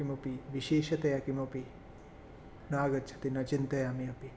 किमपि विशेषतया किमपि नागच्छति न चिन्तयामि अपि